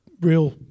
real